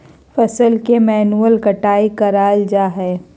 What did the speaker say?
फसल के मैन्युअल कटाय कराल जा हइ